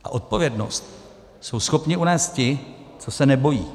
A odpovědnost jsou schopni unést ti, co se nebojí.